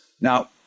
Now